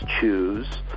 choose